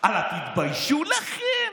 על ה"תתביישו לכם".